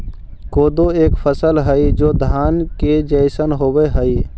कोदो एक फसल हई जो धान के जैसन होव हई